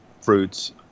fruits